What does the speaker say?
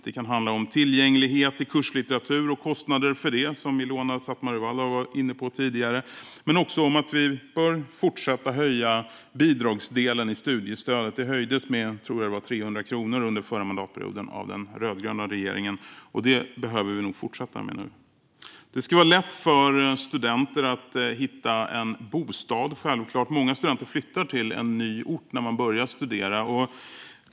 Det kan handla om tillgänglighet till kurslitteratur och kostnader för det, som Ilona Szatmari Waldau har varit inne på tidigare, men också om att vi bör fortsätta att höja bidragsdelen i studiestödet. Jag tror att det höjdes med 300 kronor under förra mandatperioden av den rödgröna regeringen, och det behöver vi nog fortsätta att höja nu. Det ska självklart vara lätt för studenter att hitta en bostad. Många studenter flyttar till en ny ort när de börjar studera.